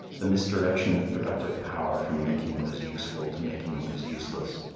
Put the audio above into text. the misdirection of productive power from making what is useful to making what is useless.